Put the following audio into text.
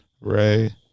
Ray